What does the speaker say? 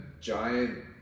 giant